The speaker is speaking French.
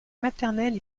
maternelle